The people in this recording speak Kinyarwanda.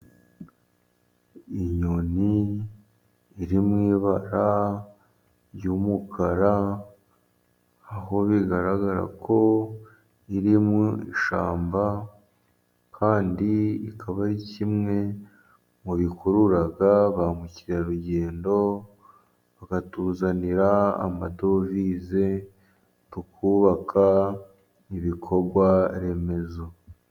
Inyoni iri mu ibara ry'umukara, aho bigaragara ko iri mu ishyamba, kandi ikaba ari kimwe mu bikurura ba Mukerarugendo, bakatuzanira amadovize tukubaka ibikorwa remezo.